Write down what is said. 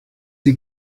sie